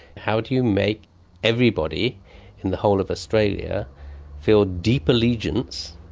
how do you make everybody in the whole of australia feel deep allegiance.